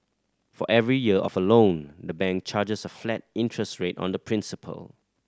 for every year of a loan the bank charges a flat interest rate on the principal